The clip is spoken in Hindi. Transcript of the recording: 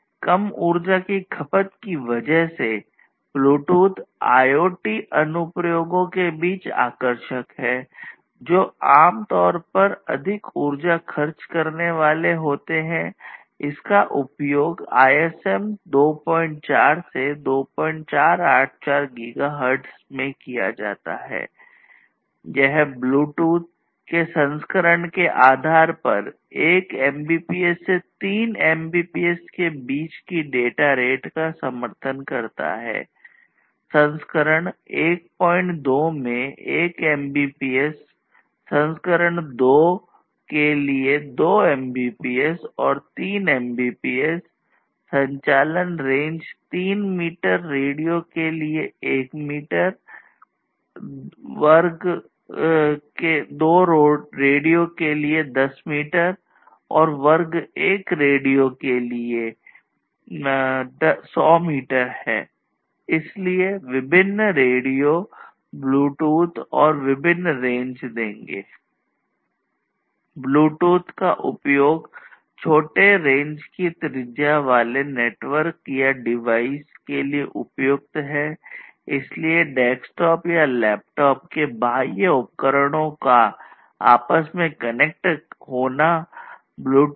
यह ब्लूटूथ के संस्करण के आधार पर 1 एमबीपीएस देंगे